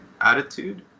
attitude